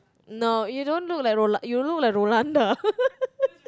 no you don't look like Rola~ you look like Rolanda